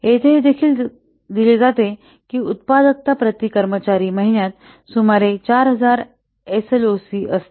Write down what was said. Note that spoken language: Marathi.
येथे हे देखील दिले जाते की उत्पादकता प्रति कर्मचारी महिन्यात सुमारे 4000 एस एल ओ सी असते